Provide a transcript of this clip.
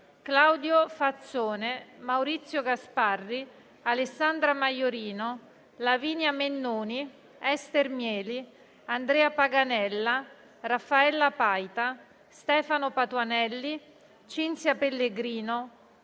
Claudio Fazzone, Maurizio Gasparri, Alessandra Maiorino, Lavinia Mennuni, Ester Mieli, Andrea Paganella, Raffaella Paita, Stefano Patuanelli, Cinzia Pellegrino,